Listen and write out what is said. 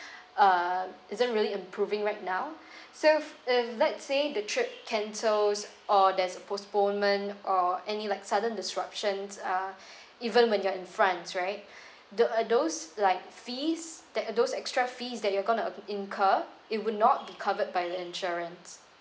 uh isn't really improving right now so if let's say the trip cancels or there's a postponement or any like sudden disruptions uh even when you are in france right the uh those like fees that uh those extra fees that you are going to incurred it would not be covered by the insurance